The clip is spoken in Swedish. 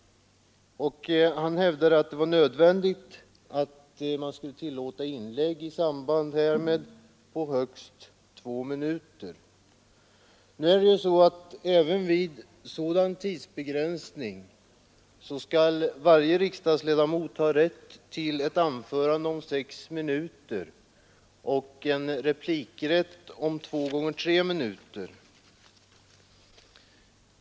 Han hävdade att det var nödvändigt att man i samband härmed tillät inlägg på högst 2 minuter. Nu är det ju så att vid tidsbegränsning skall varje riksdagsledamot ha rätt till ett anförande om 6 minuter och rätt till repliker på 2 gånger 3 minuter.